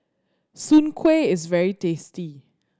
Soon Kueh is very tasty